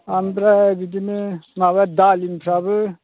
ओमफ्राय बिदिनो माबा दालिमफ्राबो